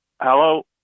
hello